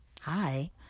hi